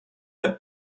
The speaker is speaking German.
der